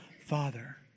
Father